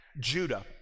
Judah